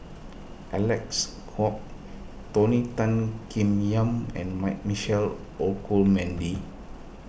Alex Kuok Tony Tan Keng Yam and Mike Michael Olcomendy